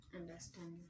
understand